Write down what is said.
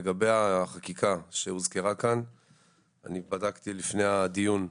לגבי החקיקה שהוזכרה כאן אני בדקתי לפני הדיון,